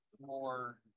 more